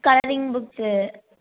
coloring books